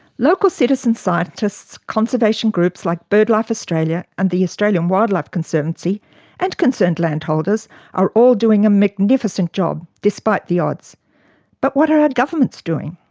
local citizen scientists, conservation groups like birdlife australia and the australian wildlife conservancy and concerned landholders are all doing a magnificent job despite the odds but what are our governments doing?